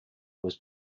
was